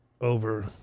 over